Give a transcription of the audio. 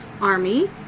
army